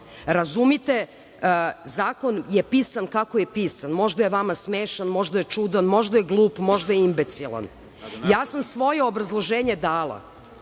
Vlade? Razumite, zakon je pisan kako je pisan. Možda je vama smešan, možda je čudan, možda je glup, možda je imbecilan. Ja sam svoje obrazloženje dala,